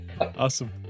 Awesome